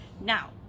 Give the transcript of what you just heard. now